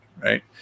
right